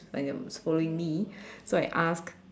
like it was following me so I asked